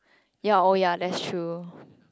ya oh ya that's true